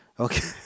Okay